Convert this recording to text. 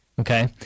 Okay